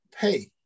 pay